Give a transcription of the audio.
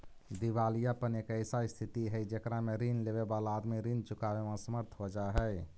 दिवालियापन एक ऐसा स्थित हई जेकरा में ऋण लेवे वाला आदमी ऋण चुकावे में असमर्थ हो जा हई